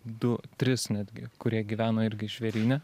du tris netgi kurie gyveno irgi žvėryne